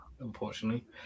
unfortunately